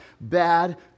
bad